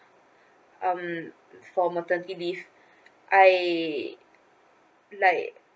um for maternity leave I like